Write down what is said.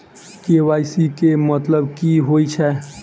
KYC केँ मतलब की होइ छै?